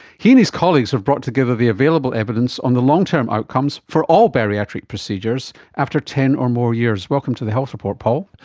he and his colleagues have brought together the available evidence on the long-term outcomes for all bariatric procedures after ten or more years. welcome to the health report, paul.